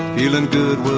dylan. bob